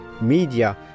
media